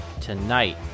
Tonight